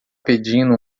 pedindo